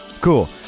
Cool